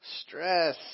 Stress